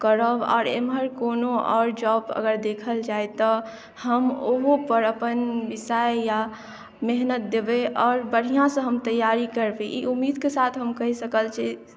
करब आओर एमहर कोनो आओर जॉब अगर देखल जाइ तऽ हम ओहोपर अपन विषय या मेहनत देबय आओर बढ़िआँसँ हम तैयारी करबय ई उम्मीदके साथ हम कहि सकल छी